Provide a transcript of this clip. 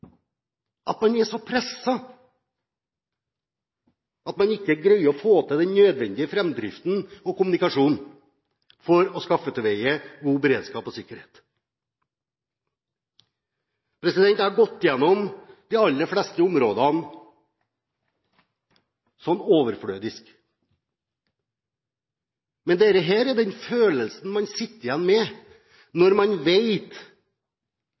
at man er så presset at man ikke greier å få til den nødvendige framdriften og kommunikasjonen for å skaffe til veie god beredskap og sikkerhet. Jeg har gått igjennom de aller fleste områdene overfladisk, men dette er den følelsen man sitter igjen med når man